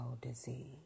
disease